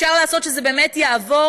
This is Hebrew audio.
אפשר לעשות שזה באמת יעבור,